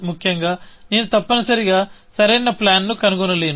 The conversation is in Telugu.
ముఖ్యంగా నేను తప్పనిసరిగా సరైన ప్లాన్ ను కనుగొనలేను